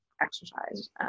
exercise